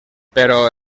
però